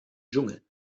dschungel